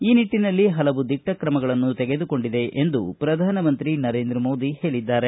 ಈ ನಿಟ್ಟಿನಲ್ಲಿ ಪಲವು ದಿಟ್ಟ ಕ್ರಮಗಳನ್ನು ತೆಗೆದುಕೊಂಡಿದೆ ಎಂದು ಪ್ರಧಾನಮಂತ್ರಿ ನರೇಂದ್ರ ಮೋದಿ ಹೇಳಿದ್ದಾರೆ